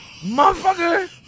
motherfucker